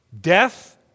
Death